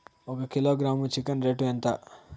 ఒక kilogram chicken rate ఎంత?